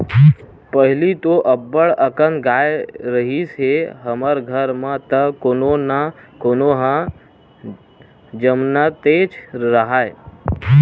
पहिली तो अब्बड़ अकन गाय रिहिस हे हमर घर म त कोनो न कोनो ह जमनतेच राहय